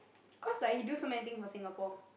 cause like he do so many things for Singapore